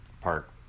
park